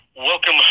welcome